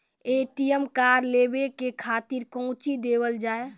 ATM card लेवे के खातिर कौंची देवल जाए?